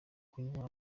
kunywa